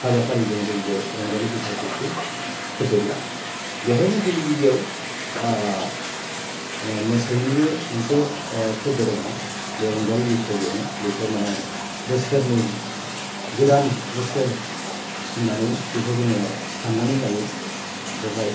हाबाफारिजों जों बे रंजालि बैसागोखौ फोजोबो बेवहायनो गिबि गिबियाव मोसौनिबो मोनसे फोरबो दङ बे रंजालि बैसागोआवनो बेखौ मानि बोसोरनि जि गोदान बोसोर होननानै बेखौ जोङो साननानै लायो बेवहाय